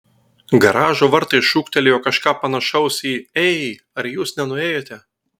garažo vartai šūktelėjo kažką panašaus į ei ar jūs nenuėjote